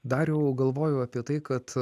dariau galvoju apie tai kad